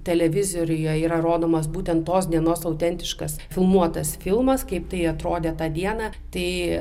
televizoriuje yra rodomas būtent tos dienos autentiškas filmuotas filmas kaip tai atrodė tą dieną tai